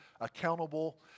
accountable